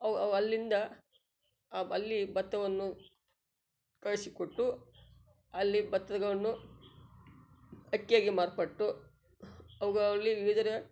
ಅವು ಅವು ಅಲ್ಲಿಂದ ಅಲ್ಲಿ ಭತ್ತವನ್ನು ಕಳಿಸಿಕೊಟ್ಟು ಅಲ್ಲಿ ಭತ್ತವನ್ನು ಅಕ್ಕಿಯಾಗಿ ಮಾರ್ಪಟ್ಟು ಅವುಗಳಲ್ಲಿ ವಿವಿಧ